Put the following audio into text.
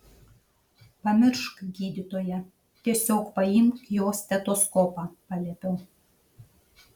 pamiršk gydytoją tiesiog paimk jo stetoskopą paliepiau